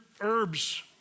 herbs